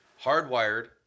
Hardwired